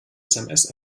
sms